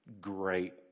great